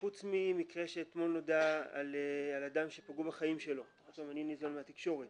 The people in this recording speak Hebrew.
חוץ ממקרה שאתמול נודע על אדם שפגעו בחיים שלו אני ניזון מהתקשורת